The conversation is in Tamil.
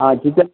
ஆ சிக்கன்